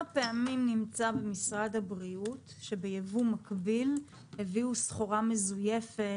פעמים נמצא במשרד הבריאות שביבוא מקביל הביאו סחורה מזויפת,